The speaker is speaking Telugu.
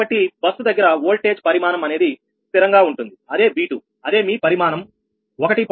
కాబట్టి బస్సు దగ్గర ఓల్టేజ్ పరిమాణం అనేది స్థిరంగా ఉంటుంది అదే V2 అదేమీ పరిమాణం 1